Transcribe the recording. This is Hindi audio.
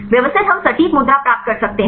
व्यवस्थित हम सटीक मुद्रा प्राप्त कर सकते हैं